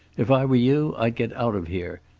if i were you i'd get out of here.